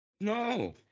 No